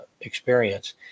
experience